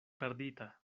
perdita